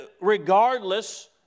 Regardless